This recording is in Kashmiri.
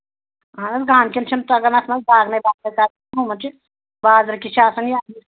اَہن حظ گامٕکٮ۪ن چھُنہٕ تَگان بازرٕکِس چھُ آسان یہِ